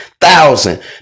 Thousand